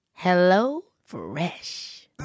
HelloFresh